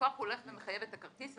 הולך ומחייב את הכרטיס,